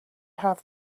have